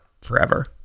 forever